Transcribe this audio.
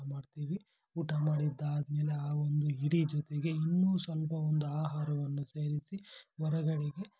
ಮಾಡ್ತೀವಿ ಊಟ ಮಾಡಿದ್ದಾದ್ಮೇಲೆ ಆ ಒಂದು ಹಿಡಿ ಜೊತೆಗೆ ಇನ್ನೂ ಸ್ವಲ್ಪ ಒಂದು ಆಹಾರವನ್ನು ಸೇರಿಸಿ ಹೊರಗಡೆಗೆ